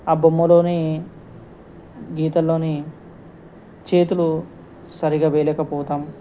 ఆ బొమ్మలోని గీతల్లోని చేతులు సరిగా వేయలేకపోతాం